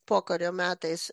pokario metais